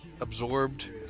absorbed